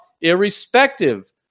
irrespective